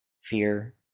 fear